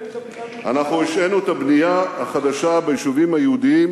אנחנו השהינו את הבנייה החדשה ביישובים היהודיים